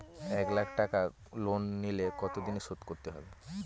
এক লাখ টাকা লোন নিলে কতদিনে শোধ করতে হবে?